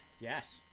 Yes